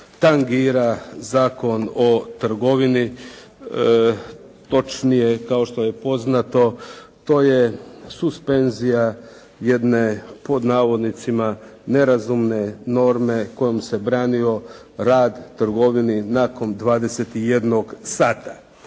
tangira Zakon o trgovini, točnije kao što je poznato to je suspenzija jedne "nerazumne" norme kojom se branio rad trgovini nakon 21 sat.